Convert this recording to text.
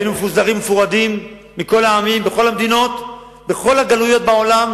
היינו מפוזרים ומפורדים מכל העמים בכל המדינות בכל הגלויות בעולם,